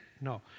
No